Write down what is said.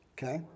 Okay